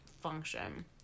function